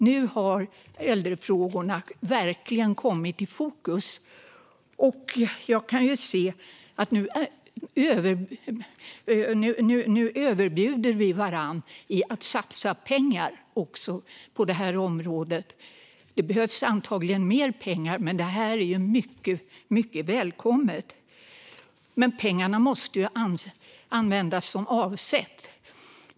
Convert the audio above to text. Nu har äldrefrågorna verkligen kommit i fokus, och vi överbjuder varandra i att satsa pengar på det här området. Det behövs antagligen mer pengar, men det som satsas är mycket välkommet. Pengarna måste också användas som avsett.